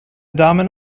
damen